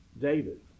David